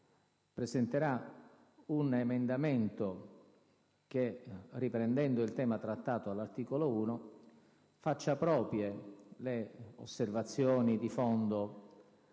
presenterà un emendamento che, riprendendo il tema trattato all'articolo 1, faccia proprie le osservazioni di fondo